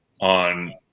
on